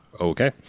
Okay